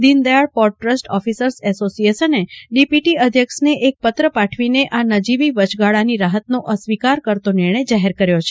Deendayal port trust officers એસોસીએશને DPT અધ્યક્ષને એક પત્ર પાઠવીને આ નજીવી વચગાળાની રાહતનો અસ્વીકાર કરતો નિર્ણય જાહેર કર્યો છે